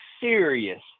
serious